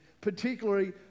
particularly